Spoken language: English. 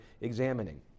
examining